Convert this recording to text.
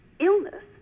illness